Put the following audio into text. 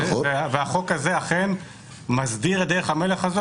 והחוק הזה אכן מסדיר את דרך המלך הזאת